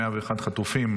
101 חטופים,